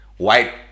white